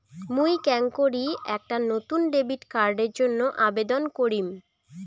মুই কেঙকরি একটা নতুন ডেবিট কার্ডের জন্য আবেদন করিম?